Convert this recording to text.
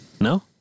No